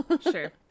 Sure